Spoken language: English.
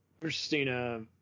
Christina